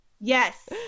Yes